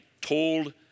told